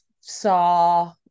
saw